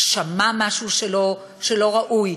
שמע משהו לא ראוי,